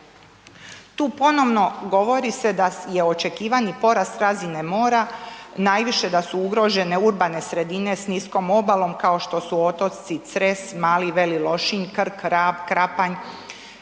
Tu ponovno govori se da je očekivani porast razine mora, najviše da su ugrožene sredine s niskom obalom kao što su otoci Cres, Mali i Veli Lošinj, Krk, Rab, Krapanj,